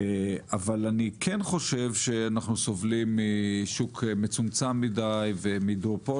אבל אני כן חושב שאנחנו סובלים משוק מצומצם מדי ומדואופול,